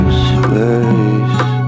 space